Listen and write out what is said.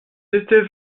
étaient